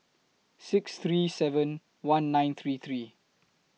six three seven one nine three three